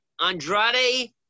Andrade